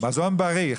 מזון בריא.